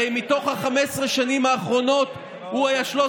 הרי מתוך 15 השנים האחרונות הוא היה 13